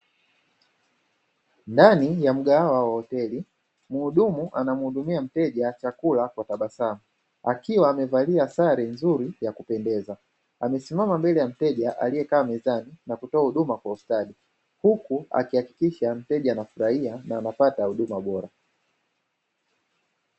Ndani ya mgahawa wa hoteli mhudumu anamhudumia mteja chakula kwa tabasamu akiwa amevalia sare nzuri ya kupendeza. Amesimama mbele ya mteja aliyekaa mezani na kutoa huduma kwa ustadi, huku akihakikisha mteja anafurahia na anapata huduma bora.